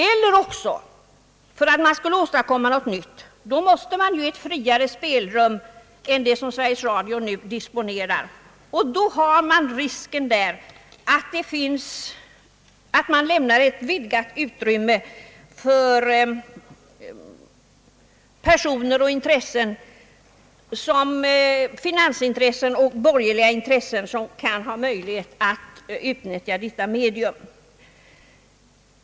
Eller också måste man ge friare spelrum än det som Sveriges Radio nu disponerar; och då är risken att det blir ett vidgat utrymme för de ägarintressen och borgerliga intressen som sluter upp bakom dem att utnyttja detta medium.